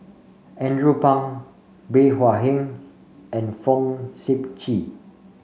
Andrew Phang Bey Hua Heng and Fong Sip Chee